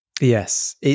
Yes